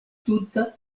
tuta